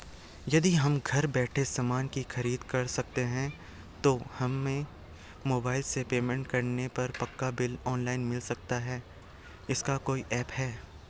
यदि हम घर बैठे सामान की खरीद करते हैं तो हमें मोबाइल से पेमेंट करने पर पक्का बिल ऑनलाइन मिल सकता है इसका कोई ऐप है